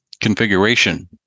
configuration